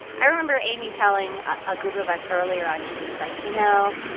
i remember amy telling a group of us, earlier on, she was like, you know